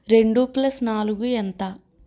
రెండు ప్లస్ నాలుగు ఎంత